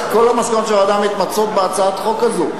כל המסקנות של הוועדה מתמצות בהצעת החוק הזאת.